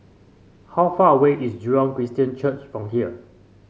how far away is Jurong Christian Church from here